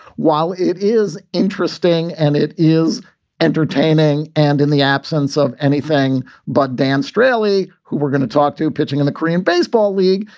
while it is interesting and it is entertaining and in the absence of anything but dan strelley, who we're gonna talk to pitching in the korean baseball league,